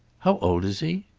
how old is he?